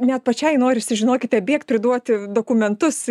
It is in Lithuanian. net pačiai norisi žinokite bėgt priduot dokumentus